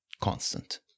Constant